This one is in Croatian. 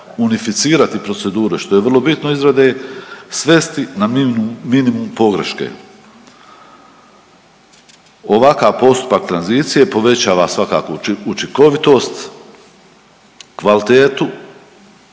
unificirati proceduru što je vrlo bitno, izrade svesti na minimum pogreške. Ovakav postupak tranzicije povećava svakako učinkovitost, kvalitetu,